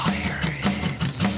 Pirates